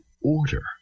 order